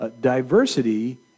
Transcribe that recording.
diversity